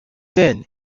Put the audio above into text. then